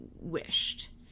wished